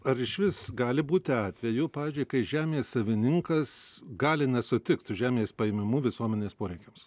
ar išvis gali būti atvejų pavyzdžiui kai žemės savininkas gali nesutikt su žemės paėmimu visuomenės poreikiams